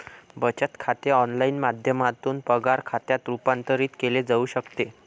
बचत खाते ऑनलाइन माध्यमातून पगार खात्यात रूपांतरित केले जाऊ शकते